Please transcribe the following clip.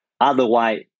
Otherwise